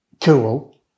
cool